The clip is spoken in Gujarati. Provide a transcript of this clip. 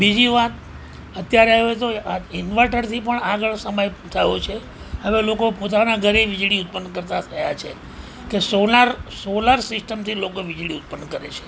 બીજી વાત અત્યારે હવે તો ઈન્વર્ટરથી પણ આગળ સમય થયો છે હવે લોકો પોતાના ઘરે વીજળી ઉત્પન્ન કરતા થયા છે કે સોલાર સોલર સિસ્ટમથી લોકો વીજળી ઉત્પન્ન કરે છે